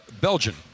Belgian